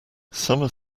summer